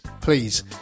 please